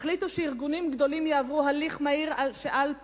תחליטו שארגונים גדולים יעברו הליך מהיר שבו